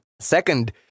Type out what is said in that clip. second